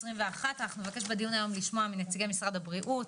אנחנו נבקש בדיון היום לשמוע מנציגי משרד הבריאות.